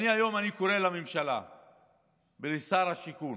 היום אני קורא לממשלה ולשר השיכון.